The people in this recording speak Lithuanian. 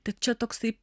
tad čia toksai